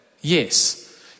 yes